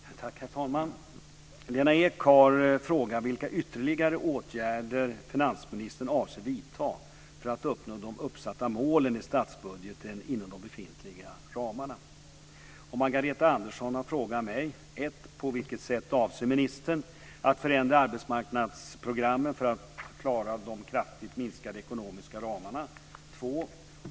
Herr talman! Lena Ek har frågat vilka ytterligare åtgärder finansministern avser vidta för att uppnå de uppsatta målen i statsbudgeten inom de befintliga ramarna. Margareta Andersson har frågat mig: 1. På vilket sätt avser ministern att förändra arbetsmarknadsprogrammen för att klara de kraftigt minskade ekonomiska ramarna? 2.